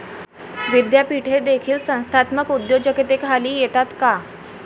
विद्यापीठे देखील संस्थात्मक उद्योजकतेखाली येतात का?